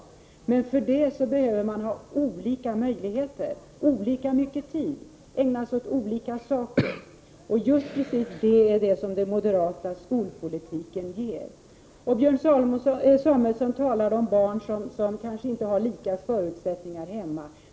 Men för att nå detta mål måste eleverna ha olika möjligheter, olika mycket tid och tillfälle att ägna sig åt olika saker. Det är just detta som den moderata skolpolitiken ger. Björn Samuelson talar om att barn inte har lika förutsättningar hemma.